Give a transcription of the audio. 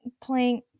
playing